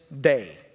day